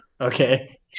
okay